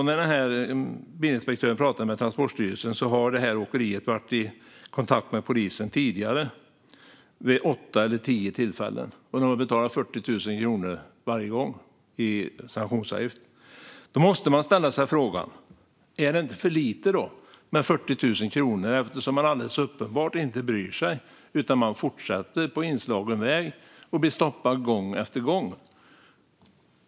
När bilinspektören har pratat med Transportstyrelsen har han fått veta att åkeriet har varit i kontakt med polisen tidigare, vid åtta eller tio tillfällen, och varje gång har betalat 40 000 kronor i sanktionsavgift. Vi måste då fråga oss om det inte är för lite med 40 000 kronor, eftersom man uppenbarligen inte bryr sig utan fortsätter på den inslagna vägen och blir stoppad gång på gång.